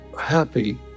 happy